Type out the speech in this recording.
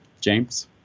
James